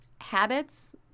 habits –